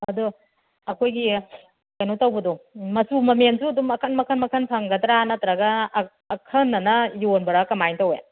ꯑꯗꯨ ꯑꯩꯈꯣꯏꯒꯤ ꯀꯩꯅꯣ ꯇꯧꯕꯗꯣ ꯃꯆꯨ ꯃꯃꯦꯟꯁꯨ ꯑꯗꯨꯝ ꯃꯈꯜ ꯃꯈꯜ ꯃꯈꯜ ꯐꯪꯒꯗ꯭ꯔ ꯅꯠꯇ꯭ꯔꯒ ꯑꯈꯟꯅꯅ ꯌꯣꯟꯕ꯭ꯔ ꯀꯃꯥꯏ ꯇꯧꯏ